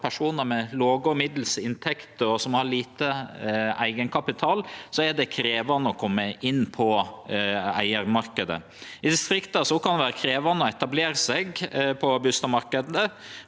personar med låg og middels inntekt og liten eigenkapital, er det krevjande å kome inn på eigarmarknaden. I distrikta kan det vere krevjande å etablere seg på bustadmarknaden